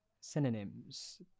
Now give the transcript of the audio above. Synonyms